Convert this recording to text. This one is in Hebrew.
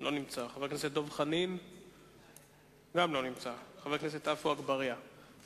לטובת ביצוע פרויקטים בתחום